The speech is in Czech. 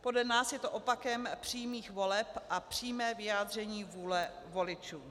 Podle nás je to opakem přímých voleb a přímé vyjádření vůle voličů.